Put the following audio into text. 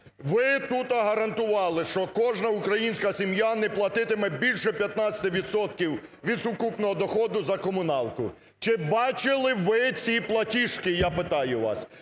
Ви тут гарантували, що кожна українська сім'я не платитиме більше 15 відсотків від сукупного доходу за комуналку. Чи бачили ви ці платіжки, я питаю вас.